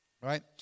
right